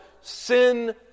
Sin